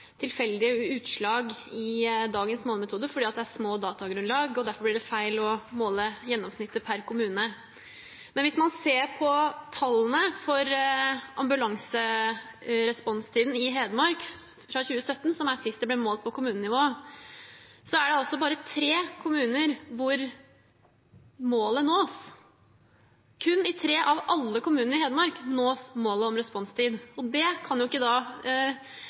tilfeldige utslag fordi det er små datagrunnlag, og at det derfor blir feil å måle gjennomsnittet per kommune. Men hvis man ser på tallene for ambulanseresponstiden i Hedmark i 2017, som er sist det ble målt på kommunenivå, er det bare tre kommuner hvor målet nås. Kun i tre av alle kommunene i Hedmark nås målet om responstid, og det kan ikke